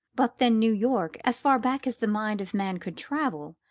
but then new york, as far back as the mind of man could travel,